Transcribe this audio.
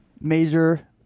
Major